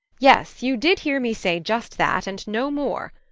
yes, you did hear me say just that and no more.